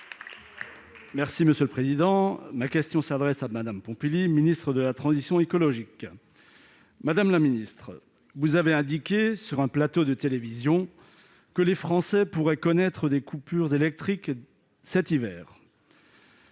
Les Républicains. Ma question s'adresse à Mme Barbara Pompili, ministre de la transition écologique. Mme la ministre a indiqué, sur un plateau de télévision, que les Français pourraient connaître des coupures électriques, cet hiver.